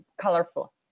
colorful